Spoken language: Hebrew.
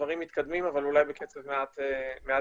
הדברים מתקדמים אבל אולי בקצב מעט איטי.